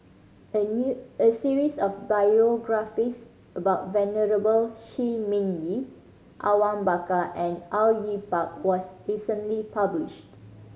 a new a series of biographies about Venerable Shi Ming Yi Awang Bakar and Au Yue Pak was recently published